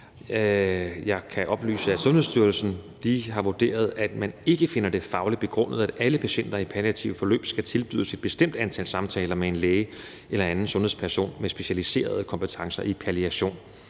Jeg kan oplyse, at Sundhedsstyrelsen har vurderet, at man ikke finder det fagligt begrundet, at alle patienter i palliative forløb skal tilbydes et bestemt antal samtaler med en læge eller anden sundhedsperson med specialiserede kompetencer i palliation.